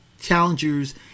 challengers